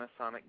Panasonic